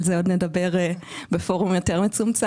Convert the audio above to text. על זה עוד נדבר בפורום יותר מצומצם.